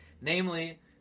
Namely